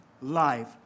life